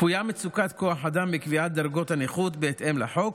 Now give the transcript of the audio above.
צפויה מצוקת כוח אדם בקביעת דרגות הנכות בהתאם לחוק,